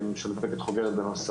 אני שוכב בבית חולים.